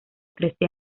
trece